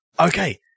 Okay